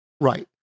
right